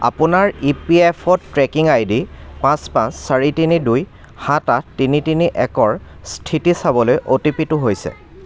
আপোনাৰ E P F O tracking I D পাঁচ পাঁচ চাৰি তিনি দুই সাত আঠ তিনি তিনি একৰ স্থিতি চাবলৈ অ' টি পিটো হৈছে